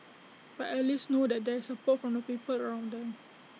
but at least know that there is support from the people around them